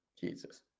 Jesus